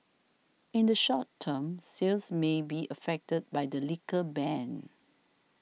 in the short term sales may be affected by the liquor ban